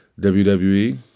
WWE